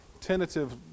tentative